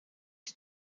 die